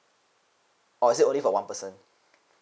or is it only for one person